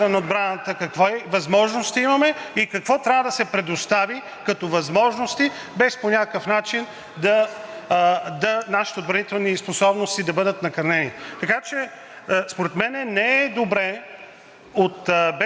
да бъдат накърнени. Според мен не е добре от БСП да се опитвате по някакъв различен начин да се представя фактологията и да се влиза в